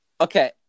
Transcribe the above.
Okay